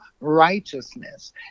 righteousness